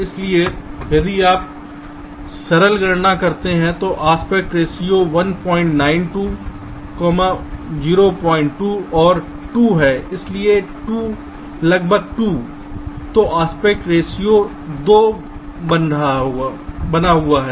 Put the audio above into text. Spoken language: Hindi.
इसलिए यदि आप सरल गणना करते हैं तो एस्पेक्ट रेशों 192 02 और 2 है लगभग 2 तो एस्पेक्ट रेशों 2 बना हुआ है